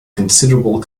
considerable